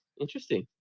interesting